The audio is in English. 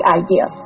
idea